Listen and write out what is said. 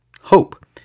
hope